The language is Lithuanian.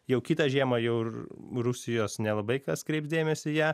jau kitą žiemą jau ir rusijos nelabai kas kreips dėmesį į ją